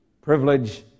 privilege